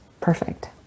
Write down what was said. perfect